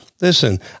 Listen